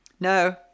no